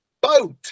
boat